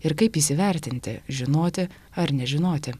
ir kaip įsivertinti žinoti ar nežinoti